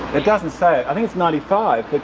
it doesn't say it, i think it's ninety five, but